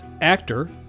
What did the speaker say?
actor